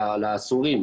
לאסורים,